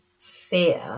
fear